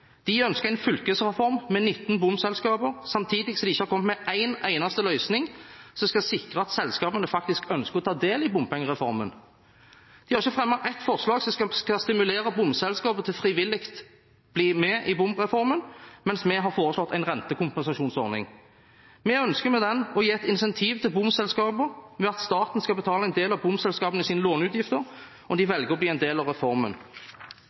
også ønsker en bompengereform, og at de har tatt til orde for dette i NTP. Det stemmer, men forskjellene er betydelige. De ønsket en fylkesreform, med 19 bomselskaper, samtidig som de ikke har kommet med en eneste løsning som skal sikre at selskapene faktisk ønsker å ta del i bompengereformen. De har ikke fremmet ett eneste forslag som skal stimulere bomselskapene til frivillig å bli med i bompengereformen, mens vi har foreslått en rentekompensasjonsordning. Vi ønsker med den å gi et incentiv til bomselskapene ved at staten kan betale en del av